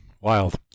wild